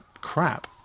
crap